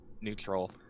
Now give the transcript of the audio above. neutral